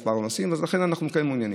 שמספר הנוסעים יגדל, ולכן אנחנו כן מעוניינים.